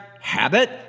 habit